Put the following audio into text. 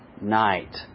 night